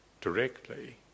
directly